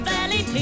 Valley